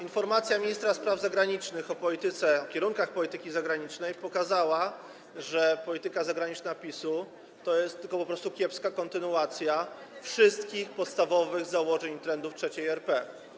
Informacja ministra spraw zagranicznych o polityce, o kierunkach polityki zagranicznej pokazała, że polityka zagraniczna PiS-u to jest po prostu kiepska kontynuacja wszystkich podstawowych założeń i trendów III RP.